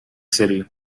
city